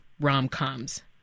rom-coms